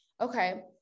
okay